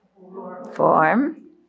Form